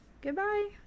goodbye